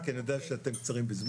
אני לא יודע שיש נתונים.